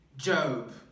Job